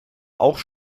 auch